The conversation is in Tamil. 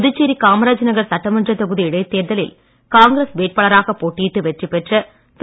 புதுச்சேரி காமராஜ் நகர் சட்டமன்றத் தொகுதி இடைத்தேர்தலில் காங்கிரஸ் வேட்பாளராக போட்டியிட்டு வெற்றி பெற்ற திரு